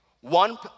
One